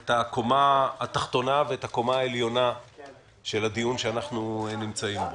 את הקומה התחתונה ואת הקומה העליונה של הדיון שאנחנו נמצאים בו.